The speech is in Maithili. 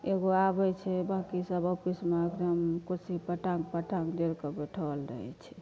एगो आबै छै बाँकि सब ऑफिसमे एकदम कुर्सी पर टाँग पर टाँग जोड़ि कऽ बैठल रहै छै